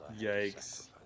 Yikes